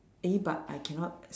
eh but I cannot des~